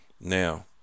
Now